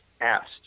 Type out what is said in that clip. asked